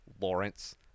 Lawrence